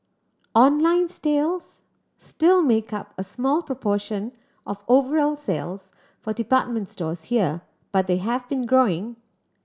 online still make up a small proportion of overall sales for department stores here but they have been growing